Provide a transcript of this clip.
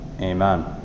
amen